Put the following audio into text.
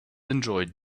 enjoyed